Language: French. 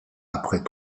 après